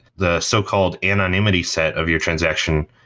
the so-called anonymity set of your transaction,